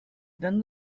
then